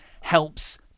Helps